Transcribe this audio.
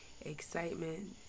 excitement